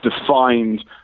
defined